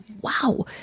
wow